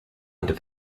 under